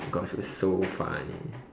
Gosh it was so funny